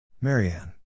Marianne